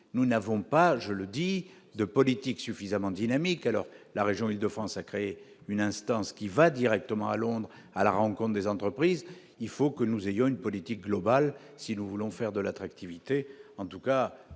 nous n'avons pas, je le dis de politique suffisamment dynamique alors que la région Île-de-France a créé une instance qui va directement à Londres, à la rencontre des entreprises, il faut que nous ayons une politique globale, si nous voulons faire de l'attractivité en tout cas,